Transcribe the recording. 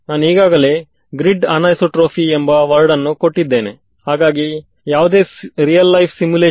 ನನಗೆ Green's function ಗೊತ್ತಿದೆಯಾ ಇದೊಂದು ಪ್ರಶ್ನೆ